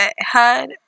HUD